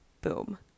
Boom